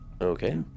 Okay